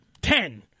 ten